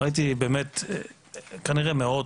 ראיתי מאות,